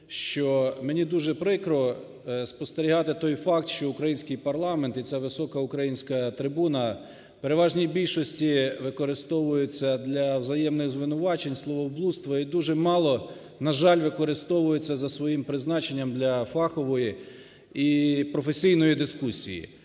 мені дуже прикро спостерігати той факт, що український парламент і ця висока українська трибуна в переважній більшості використовується для взаємних звинувачень, словоблудства і дуже мало, на жаль, використовується за своїм призначенням для фахової і професійної дискусії,